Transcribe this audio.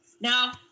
Now